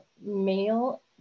male